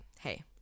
hey